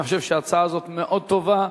אני חושב שההצעה הזאת מאוד טובה,